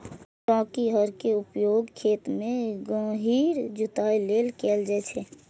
टांकी हर के उपयोग खेत मे गहींर जुताइ लेल कैल जाइ छै